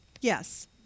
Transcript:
Yes